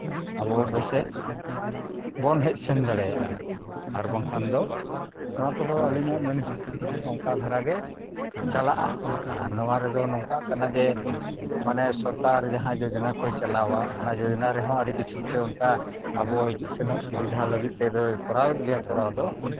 ᱟᱵᱚ ᱵᱮᱥᱮ ᱵᱚᱱ ᱦᱮᱡ ᱥᱮᱱ ᱫᱟᱲᱮᱭᱟᱜᱼᱟ ᱟᱨ ᱵᱟᱝᱠᱷᱟᱱ ᱫᱚ ᱱᱚᱣᱟ ᱠᱚᱫᱚ ᱟᱹᱞᱤᱧᱟᱜ ᱢᱮᱱ ᱦᱤᱥᱟᱹᱵᱽ ᱛᱮᱫᱚ ᱱᱚᱝᱠᱟ ᱫᱷᱟᱨᱟ ᱜᱮ ᱪᱟᱞᱟᱜᱼᱟ ᱟᱨ ᱱᱚᱣᱟ ᱨᱮᱫᱚ ᱱᱚᱝᱠᱟ ᱠᱟᱱᱟ ᱡᱮ ᱢᱟᱱᱮ ᱥᱚᱨᱠᱟᱨ ᱡᱟᱦᱟᱸ ᱡᱳᱡᱳᱱᱟ ᱠᱚᱭ ᱪᱟᱞᱟᱣᱟ ᱚᱱᱟ ᱡᱳᱡᱳᱱᱟ ᱨᱮᱦᱚᱸ ᱟᱹᱰᱤ ᱠᱤᱪᱷᱩ ᱛᱮ ᱚᱱᱠᱟ ᱟᱵᱚ ᱦᱤᱡᱩᱜ ᱥᱮᱱᱚᱜ ᱥᱩᱵᱤᱫᱷᱟ ᱞᱟᱹᱜᱤᱫ ᱛᱮᱫᱚᱭ ᱠᱚᱨᱟᱣᱮᱫ ᱜᱮᱭᱟ ᱠᱚᱨᱟᱣ ᱫᱚ